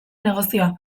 negozioa